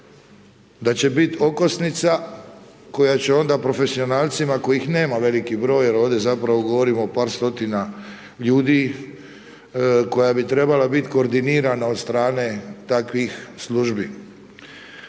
da će biti okosnica koja će onda profesionalcima kojih nema veliki broj jer ovdje zapravo govorimo o par stotina ljudi koja bi trebala biti koordinirana od strane takvih službi.